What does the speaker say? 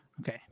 Okay